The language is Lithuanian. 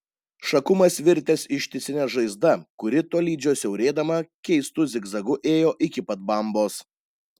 šakumas virtęs ištisine žaizda kuri tolydžio siaurėdama keistu zigzagu ėjo iki pat bambos